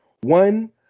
One